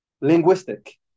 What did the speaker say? linguistic